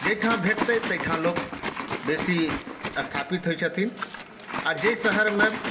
जाहिठाम भेटतै ताहिठाम लोक बेसी स्थापित होइत छथिन आ जाहि शहरमे